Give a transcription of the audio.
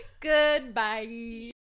goodbye